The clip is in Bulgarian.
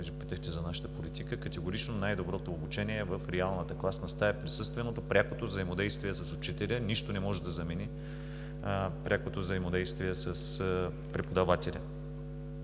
питахте за нашата политика, категорично най-доброто обучение е в реалната класна стая, присъственото, прякото взаимодействие с учителя, нищо не може да замени прякото взаимодействие с преподавателя.